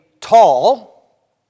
tall